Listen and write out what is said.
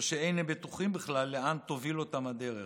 או שאין הם בטוחים בכלל לאן תוביל אותם הדרך.